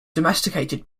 domesticated